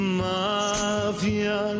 mafia